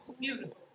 beautiful